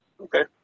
Okay